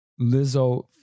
Lizzo